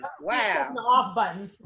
Wow